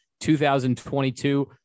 2022